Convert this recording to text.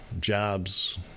jobs